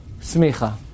smicha